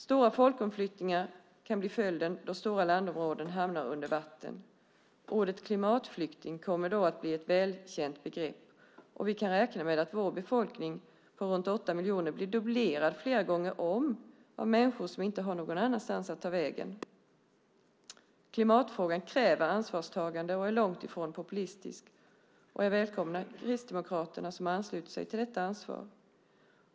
Stora folkomflyttningar kan bli följden då stora landområden hamnar under vatten. Ordet klimatflykting kommer då att bli ett välkänt begrepp. Vi kan räkna med att vår befolkning på 8 miljoner blir dubblerad flera gånger om av människor som inte har någon annanstans att ta vägen. Klimatfrågan kräver ansvarstagande och är långt ifrån populistisk. Jag välkomnar att Kristdemokraterna har anslutit sig till detta ansvar.